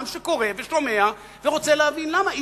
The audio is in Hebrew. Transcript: עם שקורא ושומע ורוצה להבין למה.